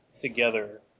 together